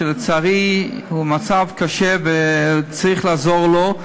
שלצערי הוא במצב קשה וצריך לעזור לו,